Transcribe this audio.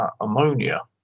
ammonia